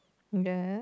yes